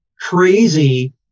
crazy